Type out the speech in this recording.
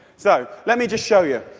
so, let me just show you.